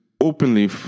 openly